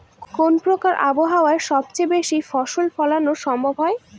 কোন প্রকার আবহাওয়ায় সবচেয়ে বেশি ফসল ফলানো সম্ভব হয়?